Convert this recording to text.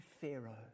Pharaoh